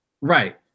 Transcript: Right